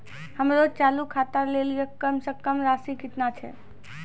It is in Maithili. हमरो चालू खाता लेली कम से कम राशि केतना छै?